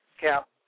Cap